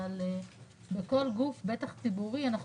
בכל גוף בטח ציבורי אנו